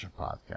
Podcast